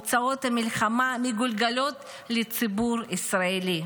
הוצאות המלחמה מגולגלות לציבור הישראלי,